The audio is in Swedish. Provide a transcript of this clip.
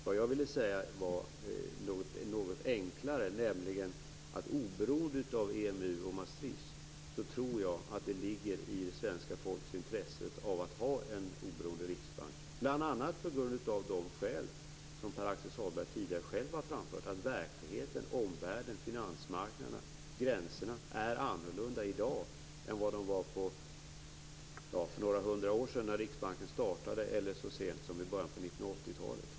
Vad jag ville säga var något enklare, nämligen att jag tror att det oberoende av EMU och Maastricht ligger i det svenska folkets intresse att ha en oberoende riksbank, bl.a. av de skäl som Pär-Axel Sahlberg själv tidigare har framfört, att verkligheten, omvärlden, finansmarknaderna och gränserna är annorlunda i dag än vad de var för några hundra år sedan, när Riksbanken startade, eller så sent som i början på 80 talet.